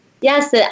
Yes